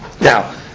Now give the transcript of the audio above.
Now